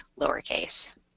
lowercase